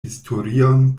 historion